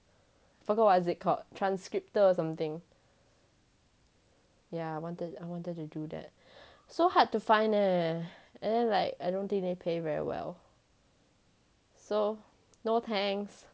forgot what is it called transcriptor or something yeah I wanted I wanted to do that so hard to find leh and then like I don't think they pay very well so no thanks